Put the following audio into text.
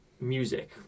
music